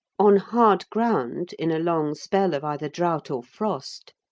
on hard ground, in a long spell of either drought or frost,